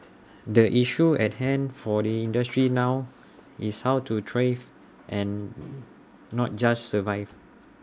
the issue at hand for the industry now is how to thrive and not just survive